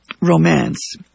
romance